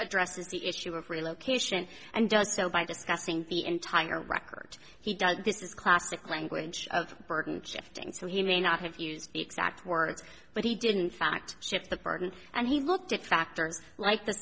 addresses the issue of relocation and does so by discussing the entire record he does this is classic language of burden shifting so he may not have used the exact words but he didn't fact shift the burden and he looked at factors like the